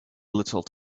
little